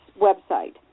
website